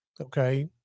Okay